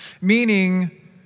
Meaning